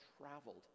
traveled